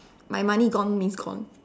my money gone means gone